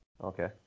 Okay